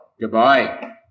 Goodbye